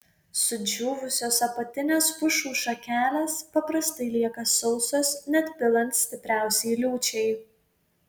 sudžiūvusios apatinės pušų šakelės paprastai lieka sausos net pilant stipriausiai liūčiai